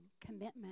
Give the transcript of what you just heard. commitment